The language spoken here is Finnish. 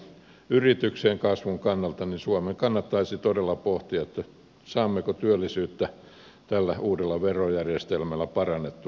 yrityksen kasvun kannalta suomen kannattaisi todella pohtia saammeko työllisyyttä tällä uudella verojärjestelmällä parannettua